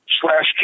slash